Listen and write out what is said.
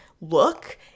look